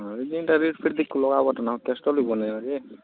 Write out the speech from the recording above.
ହଁ ଯେଉଁଟା ରେଟ୍ଫେଟ୍ ଦେଖିବୁ ଲଗାବତ୍ ନା ବନେଇବା କି